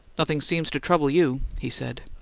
nothing seems to trouble you! he said.